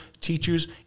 teachers